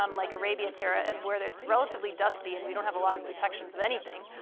um like, arabia terra, where it's relatively dusty and we don't have a lot of detections of anything,